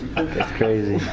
that's crazy.